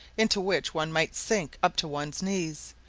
into which one might sink up to one's knees,